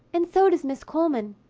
and so does miss coleman.